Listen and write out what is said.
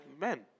men